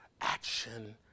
action